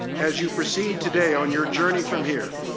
as you proceed today on your journey from here,